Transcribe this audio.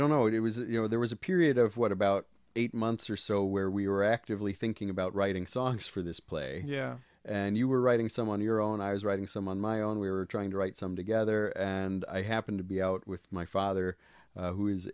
don't know what it was you know there was a period of what about eight months or so where we were actively thinking about writing songs for this play yeah and you were writing someone your own i was writing some on my own we were trying to write some together and i happened to be out with my father who is